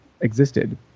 existed